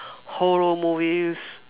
horror movies